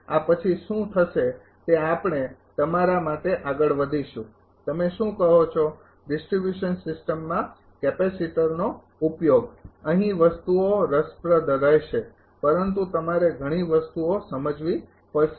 આ પછી શું થશે તે આપણે તમારા માટે આગળ વધીશું તમે શું કહો છો ડિસ્ટ્રિબ્યુશન સિસ્ટમમાં કેપેસિટરનો ઉપયોગ અહીં વસ્તુઓ રસપ્રદ રહેશે પરંતુ તમારે ઘણી વસ્તુઓ સમજવી પડશે